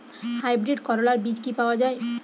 Hybrid করলার বীজ কি পাওয়া যায়?